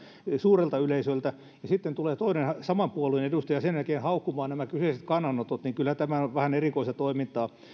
suurelta yleisöltä ja sitten tulee toinen saman puolueen edustaja sen jälkeen haukkumaan nämä kyseiset kannanotot kyllä tämä on vähän erikoista toimintaa